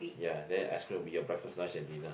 ya then ice cream will be your breakfast lunch and dinner